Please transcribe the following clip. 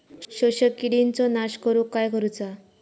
शोषक किडींचो नाश करूक काय करुचा?